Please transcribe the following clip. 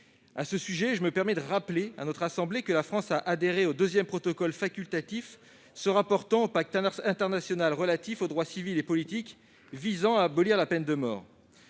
À ce sujet, je me permets de rappeler à notre assemblée que la France a adhéré au deuxième protocole facultatif se rapportant du Pacte international relatif aux droits civils et politiques, visant à abolir la peine de mort.